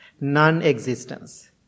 non-existence